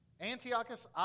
antiochus